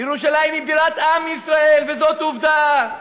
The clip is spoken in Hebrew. ירושלים היא בירת עם ישראל, וזאת עובדה.